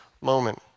moment